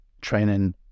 training